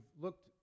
looked